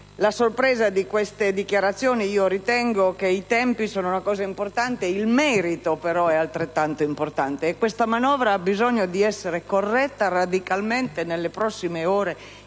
mia sorpresa per queste dichiarazioni. Ritengo che i tempi siano importanti, ma che il merito sia altrettanto importante: e questa manovra ha bisogno di essere corretta radicalmente, nelle prossime ore,